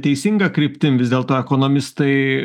teisinga kryptim vis dėlto ekonomistai